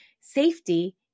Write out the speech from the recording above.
Safety